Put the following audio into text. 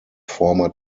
former